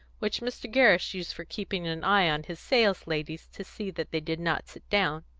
which mr. gerrish used for keeping an eye on his sales-ladies to see that they did not sit down.